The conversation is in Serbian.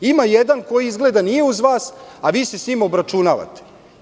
Ima jedan koji izgleda nije uz vas, a vi se sa njim obračunavate.